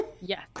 Yes